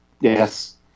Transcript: Yes